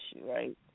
right